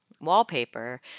wallpaper